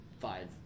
five